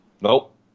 nope